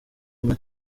mali